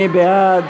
מי בעד?